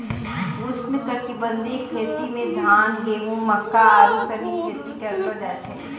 उष्णकटिबंधीय खेती मे धान, गेहूं, मक्का आरु सनी खेती करलो जाय छै